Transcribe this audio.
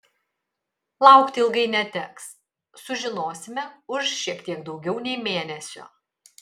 laukti ilgai neteks sužinosime už šiek tiek daugiau nei mėnesio